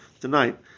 tonight